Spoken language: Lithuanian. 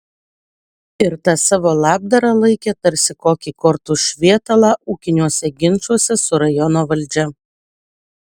ir tą savo labdarą laikė tarsi kokį kortų švietalą ūkiniuose ginčuose su rajono valdžia